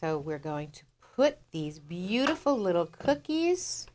so we're going to put these beautiful little cookies